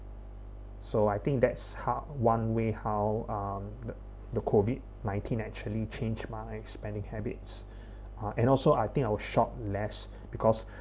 so I think that's how one way how um the COVID nineteen actually change my spending habits uh and also I think I will shop less because